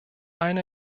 eine